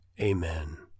Amen